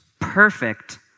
perfect